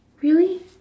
really